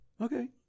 okay